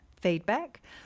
feedback